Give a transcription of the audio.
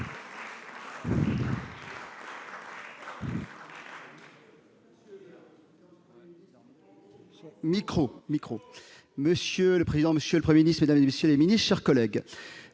Monsieur le président, monsieur le Premier ministre, mesdames, messieurs les ministres, mes chers collègues,